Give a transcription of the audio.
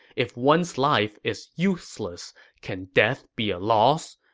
if one's life is useless, can death be a loss?